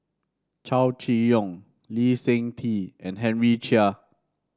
Chow Chee Yong Lee Seng Tee and Henry Chia